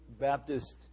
Baptist